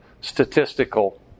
statistical